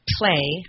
play